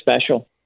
special